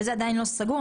וזה עדיין לא סגור,